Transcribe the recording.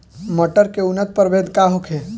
मटर के उन्नत प्रभेद का होखे?